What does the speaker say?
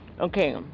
Okay